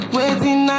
Waiting